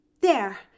There